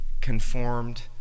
conformed